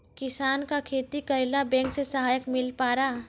किसान का खेती करेला बैंक से सहायता मिला पारा?